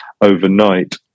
overnight